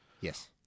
Yes